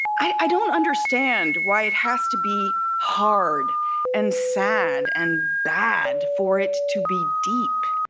i don't understand why it has to be hard and sad and bad for it to be deep